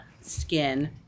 skin